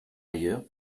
ailleurs